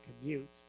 commute